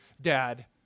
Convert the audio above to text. dad